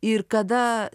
ir kada